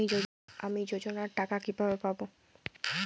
আমি যোজনার টাকা কিভাবে পাবো?